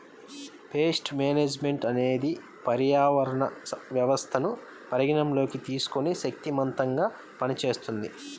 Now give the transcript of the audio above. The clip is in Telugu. పేస్ట్ మేనేజ్మెంట్ అనేది పర్యావరణ వ్యవస్థను పరిగణలోకి తీసుకొని శక్తిమంతంగా పనిచేస్తుంది